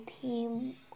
team